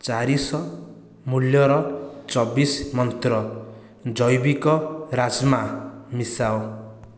ଚାରିଶହ ମୂଲ୍ୟର ଚବିଶ ମନ୍ତ୍ର ଜୈବିକ ରାସ୍ମା ମିଶାଅ